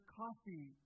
coffee